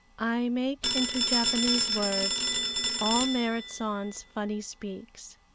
i make into japanese words all merrit san's funny speaks.